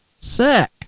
Sick